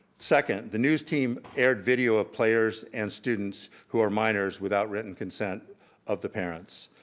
second, the news team aired video of players and students who are minors without written consent of the parents.